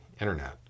Internet